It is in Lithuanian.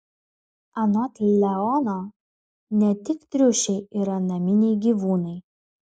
anot leono ne tik triušiai yra naminiai gyvūnai